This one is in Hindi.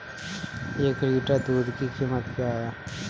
एक लीटर दूध की कीमत क्या है?